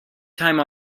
time